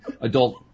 adult